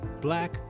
black